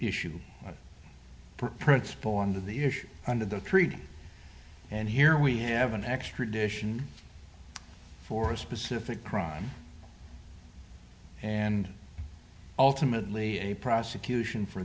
issue under the treaty and here we have an extradition for a specific crime and ultimately a prosecution for